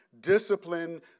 Discipline